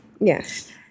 Yes